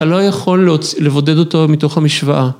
לא יכול לבודד אותו מתוך המשוואה.